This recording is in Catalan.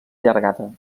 allargada